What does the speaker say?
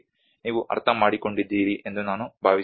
ನೀವು ಅರ್ಥಮಾಡಿಕೊಂಡಿದ್ದೀರಿ ಎಂದು ನಾನು ಭಾವಿಸುತ್ತೇನೆ